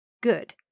good